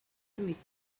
committed